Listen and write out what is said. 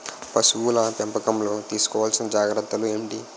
పశువుల పెంపకంలో తీసుకోవల్సిన జాగ్రత్త లు ఏంటి?